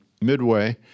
midway